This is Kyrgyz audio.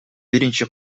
биринчи